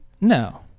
No